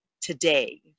today